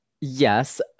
Yes